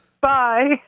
Bye